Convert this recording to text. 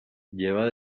lleva